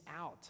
out